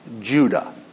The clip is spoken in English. Judah